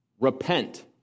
Repent